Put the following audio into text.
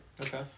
Okay